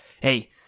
Hey